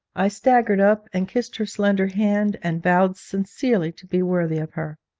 i staggered up and kissed her slender hand and vowed sincerely to be worthy of her.